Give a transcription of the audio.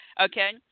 Okay